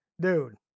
dude